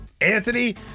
Anthony